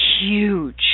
huge